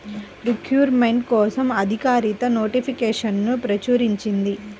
recruitment కోసం అధికారిక నోటిఫికేషన్ను ప్రచురించింది